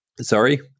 Sorry